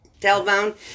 tailbone